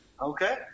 Okay